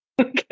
Okay